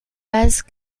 bases